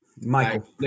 Michael